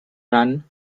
run